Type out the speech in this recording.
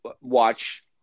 watch